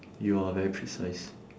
you are very precise